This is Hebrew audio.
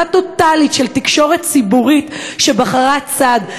דריסה טוטלית של תקשורת ציבורית שבחרה צד,